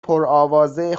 پرآوازه